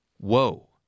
Whoa